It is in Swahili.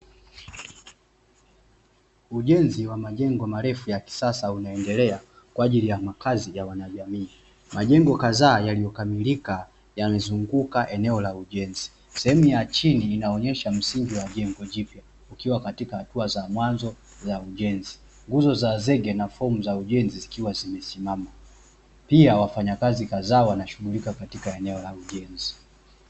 Ujenzi wa majengo marefu ya kisasa unaoendelea kwa ajili ya makazi ya wana jamii. Majengo kadhaa yaliyokamilika yamezunguka eneo la ujenzi, sehemu ya chini inaonesha msingi wa jengo jipya ukiwa katika hatua za mwanzo za ujenzi nguzo za zege na fomu za ujenzi zikiwa zimesimama, pia wafanyakazi kadhaa wanashughulika katika eneo la ujenzi.